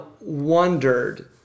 wondered